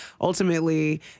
ultimately